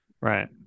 Right